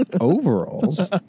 Overalls